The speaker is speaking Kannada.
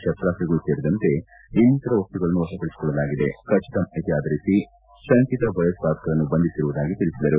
ಶಸ್ತಾಸ್ತಗಳು ಸೇರಿದಂತೆ ಇನ್ನಿತರ ವಸ್ತುಗಳನ್ನು ವಶಪಡಿಸಿಕೊಳ್ಳಲಾಗಿದೆ ಖಚಿತ ಮಾಹಿತಿ ಆಧರಿಸಿ ಶಂಕಿತ ಭಯೋತ್ವಾದಕರನ್ನು ಬಂಧಿಸಿರುವುದಾಗಿ ತಿಳಿಸಿದರು